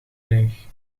leeg